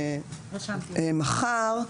מכר,